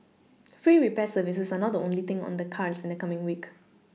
free repair services are not the only thing on the cards in the coming week